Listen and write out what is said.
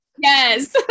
Yes